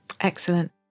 Excellent